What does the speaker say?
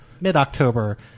mid-October